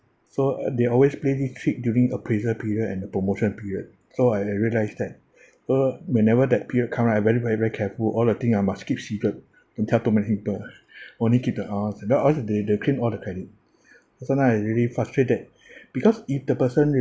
so uh they always play this trick during appraisal period and the promotion period so I I realised that so whenever that period come right I very very very careful all the thing I must keep secret don't tell too many people only keep to heart because or else they they claim all the credit so sometimes I really frustrate that because if the person